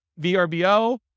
VRBO